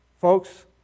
Folks